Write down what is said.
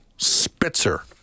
Spitzer